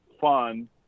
fun